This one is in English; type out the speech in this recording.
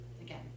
again